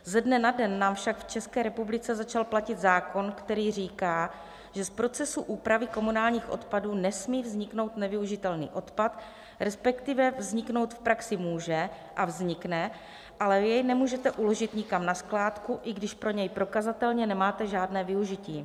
Ze dne na den nám však v České republice začal platit zákon, který říká, že z procesu úpravy komunálních odpadů nesmí vzniknout nevyužitelný odpad, respektive vzniknout v praxi může a vznikne, ale vy jej nemůžete uložit nikam na skládku, i když pro něj prokazatelně nemáte žádné využití.